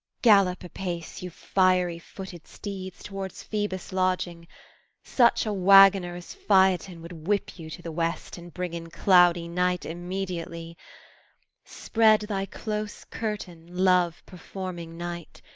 gallop apace, you fiery-footed steeds, towards phoebus' lodging such a waggoner as phaeton would whip you to the west and bring in cloudy night immediately spread thy close curtain, love-performing night!